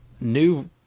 new